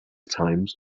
times